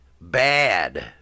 bad